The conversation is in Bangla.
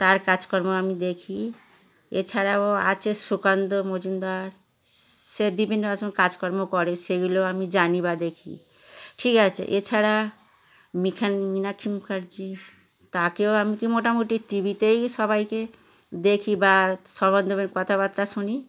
তার কাজকর্ম আমি দেখি এছাড়াও আছে সুকান্ত মজুমদার সে বিভিন্ন রকম কাজকর্ম করে সেগুলো আমি জানি বা দেখি ঠিক আছে এছাড়া মিখান মীনাক্ষী মুখার্জি তাকেও আমি কি মোটামুটি টিভিতেই সবাইকে দেখি বা সব এদের কথাবার্তা শুনি